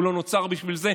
הוא לא נוצר בשביל זה,